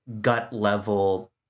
gut-level